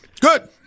Good